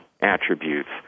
attributes